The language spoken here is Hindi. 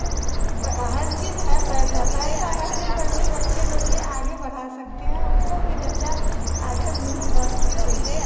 हर चीज़ है पैसा पैसा रहने पर भी बच्चे लोग के आगे बढ़ा सकते हैं उनको भी बच्चा आगे मुहे बढ़ सकते हैं